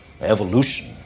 Evolution